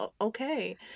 okay